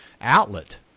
outlet